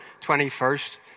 21st